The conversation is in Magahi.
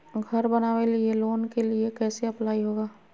घर बनावे लिय लोन के लिए कैसे अप्लाई होगा?